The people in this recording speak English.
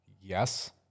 yes